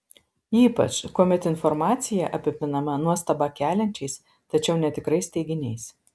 ypač kuomet informacija apipinama nuostabą keliančiais tačiau netikrais teiginiais